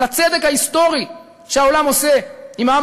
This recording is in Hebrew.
על הצדק ההיסטורי שהעולם עושה עם העם